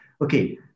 okay